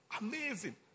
Amazing